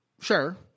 sure